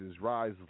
rise